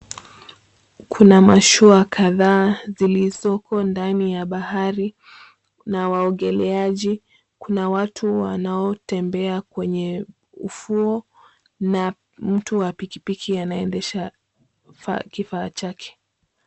Kuna mashua kadhaa zilizoko ndani ya bahari na waogeleaji. Kuna watu wanaotembea kwenye ufuo na mtu wa pikipiki anaendesha kifaa chake.